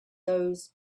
those